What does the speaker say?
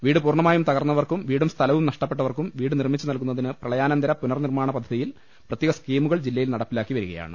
വീട് പൂർണമായി തകർന്ന വർക്കും വീടും സ്ഥലവും പൂർണമായി നഷ്ടപ്പെട്ടവർക്കും വീട് നിർമിച്ചു നൽകുന്നതിന് പ്രളയാനന്തര പുനർനിർമാണ പദ്ധതിയിൽ പ്രത്യേക സ്കീമുകൾ ജില്ലയിൽ നടപ്പിലാക്കിവരികയാണ്